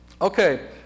Okay